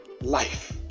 life